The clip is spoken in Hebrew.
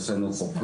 יש לנו חוקרים,